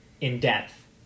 in-depth